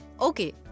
Okay